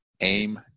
aim